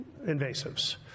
invasives